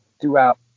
throughout